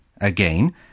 again